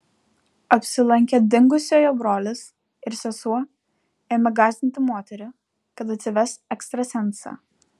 apsilankę dingusiojo brolis ir sesuo ėmė gąsdinti moterį kad atsives ekstrasensą